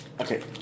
Okay